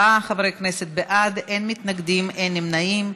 54 חברי כנסת בעד, אין מתנגדים, אין נמנעים.